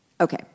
Okay